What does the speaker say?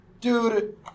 Dude